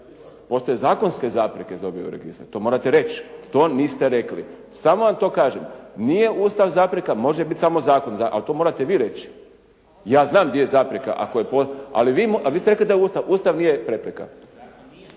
postoje zakonske zapreke za objavu registra? To morate reći. To niste rekli. Samo vam to kažem. Nije Ustav zapreka. Može biti samo zakon, ali to morate vi reći. Ja znam gdje je zapreka ako je, ali vi, ali vi ste rekli da je Ustav. Ustav nije prepreka.